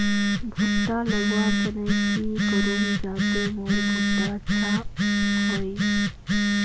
भुट्टा लगवार तने की करूम जाते मोर भुट्टा अच्छा हाई?